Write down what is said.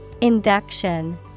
Induction